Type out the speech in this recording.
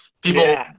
People